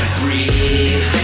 breathe